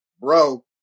bro